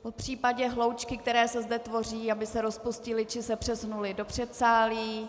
Popřípadě hloučky, které se zde tvoří, aby se rozpustily či se přesunuly do předsálí.